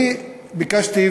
אני ביקשתי,